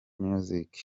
music